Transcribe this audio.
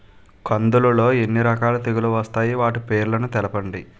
కందులు లో ఎన్ని రకాల తెగులు వస్తాయి? వాటి పేర్లను తెలపండి?